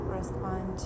respond